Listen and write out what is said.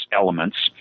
elements